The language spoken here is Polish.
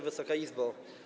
Wysoka Izbo!